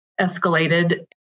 escalated